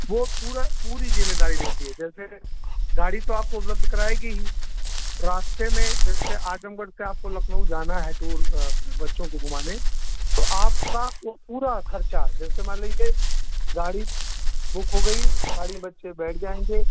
वह पूरा पूरी ज़िम्मेदारी लेती है जैसे गाड़ी तो आपको उपलब्ध कराएगी ही रास्ते में जैसे आजमगढ़ से आपको लखनऊ जाना है टूर अपने बच्चों को घूमाने तो आपका वह पूरा खर्चा जैसे मान लीजिए गाड़ी बुक हो गई गाड़ी में बच्चें बैठ जाएँगे